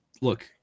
Look